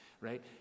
right